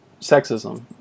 sexism